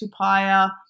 Tupaya